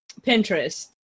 pinterest